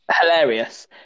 hilarious